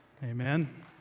Amen